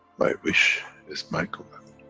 my wish is my command.